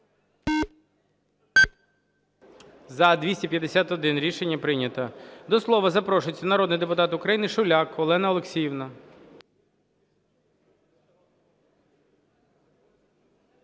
За-251 Рішення прийнято. До слова запрошується народний депутат України Шуляк Олена Олексіївна.